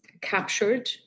captured